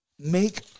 make